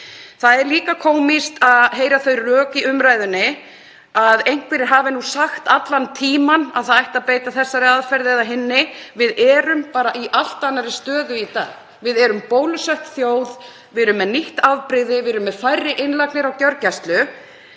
Það er líka kómískt að heyra þau rök í umræðunni að einhverjir hafi nú sagt allan tímann að beita ætti þessari aðferð eða hinni. Við erum bara í allt annarri stöðu í dag. Við erum bólusett þjóð, við erum með nýtt afbrigði, við erum með færri innlagnir á gjörgæslu.